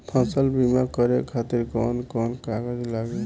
फसल बीमा करे खातिर कवन कवन कागज लागी?